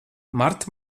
marta